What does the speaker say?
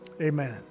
Amen